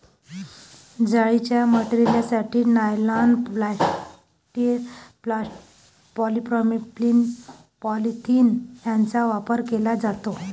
जाळीच्या मटेरियलसाठी nylon, polyester, polypropylene, polyethylene यांचा वापर केला जातो